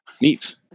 Neat